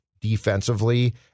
defensively